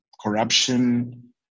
corruption